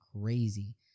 crazy